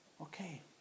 okay